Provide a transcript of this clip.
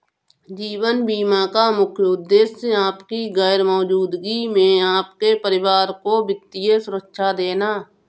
जीवन बीमा का मुख्य उद्देश्य आपकी गैर मौजूदगी में आपके परिवार को वित्तीय सुरक्षा देना